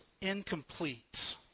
incomplete